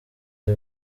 uyu